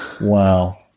wow